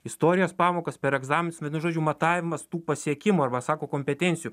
istorijos pamokas per egzaminus vienu žodžiu matavimas tų pasiekimų arba sako kompetencijų